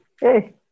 Hey